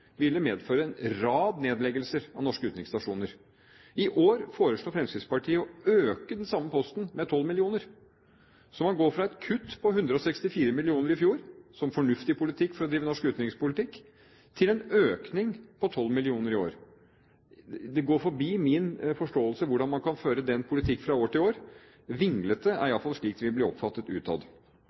ville medføre en rad av nedleggelser av norske utenriksstasjoner. I år foreslår Fremskrittspartiet å øke den samme posten med 12 mill. kr. Så man går fra et kutt på 164 mill. kr i fjor, som fornuftig politikk for å drive norsk utenrikspolitikk, til en økning på 12 mill. kr i år. Det går forbi min forståelse hvordan man kan føre den politikken fra år til år. Vinglete